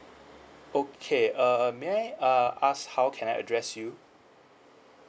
okay uh may I uh I ask how can I address you